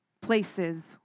places